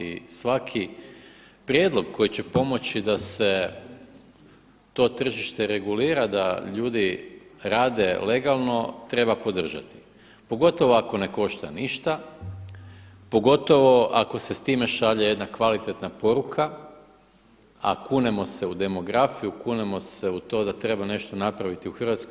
I svaki prijedlog koji će pomoći da se to tržište regulira, da ljudi rade legalno treba podržati pogotovo ako ne košte ništa, pogotovo ako se s time šalje jedna kvalitetna poruka a kunemo se u demografiju, kunemo se u to da treba nešto napraviti u Hrvatskoj.